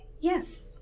Yes